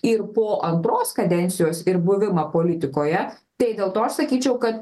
ir po antros kadencijos ir buvimą politikoje tai dėl to aš sakyčiau kad